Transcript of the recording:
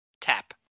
tap